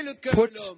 put